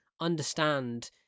understand